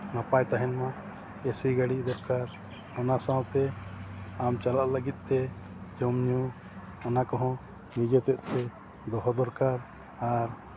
ᱱᱟᱯᱟᱭ ᱛᱟᱦᱮᱱᱢᱟ ᱮᱥᱤ ᱜᱟᱹᱲᱤ ᱫᱚᱨᱠᱟᱨ ᱚᱱᱟ ᱥᱟᱶᱛᱮ ᱟᱢ ᱪᱟᱞᱟᱜ ᱞᱟᱹᱜᱤᱫ ᱛᱮ ᱡᱚᱢᱼᱧᱩ ᱚᱱᱟ ᱠᱚ ᱦᱚᱸ ᱱᱤᱡᱮ ᱥᱮᱫᱛᱮ ᱫᱚᱦᱚ ᱫᱚᱨᱠᱟᱨ ᱟᱨ